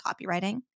copywriting